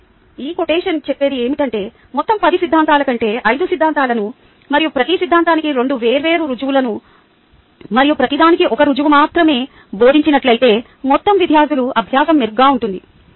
ఇప్పుడు ఈ కొటేషన్ చెప్పేది ఏమిటంటే మొత్తం 10 సిద్ధాంతాల కంటే 5 సిద్ధాంతాలు మరియు ప్రతి సిద్ధాంతానికి 2 వేర్వేరు రుజువులను మరియు ప్రతిదానికి 1 రుజువు మాత్రమే బోధించినట్లయితే మొత్తం విద్యార్థుల అభ్యాసం మెరుగ్గా ఉంటుంది